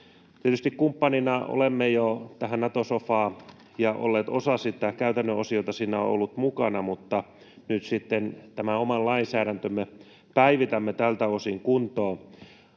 Tietysti kumppanina olemme jo olleet osa Nato-sofaa, ja käytännön osioita siinä on ollut mukana, mutta nyt sitten tämän oman lainsäädäntömme päivitämme tältä osin kuntoon.